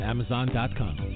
Amazon.com